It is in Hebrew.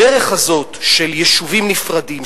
הדרך הזאת של יישובים נפרדים,